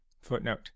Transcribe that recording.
Footnote